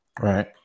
right